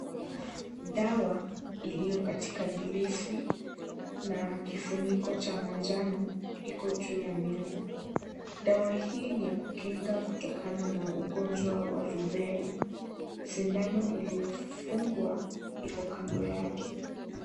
Dawa iliyo katika glesi, na kifuniko cha manjano, iko juu ya meza. Dawa hii ni ya kukinga kutokana na ugonjwa wa Rubella. Sindano iliyofungwa, iko kando yake.